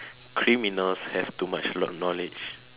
criminals have too much kno~ knowledge